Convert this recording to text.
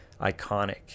iconic